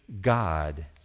God